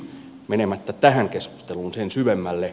menemättä tähän keskusteluun sen syvemmälle